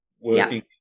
working